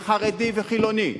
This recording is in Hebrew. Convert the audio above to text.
וחרדי וחילוני,